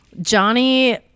Johnny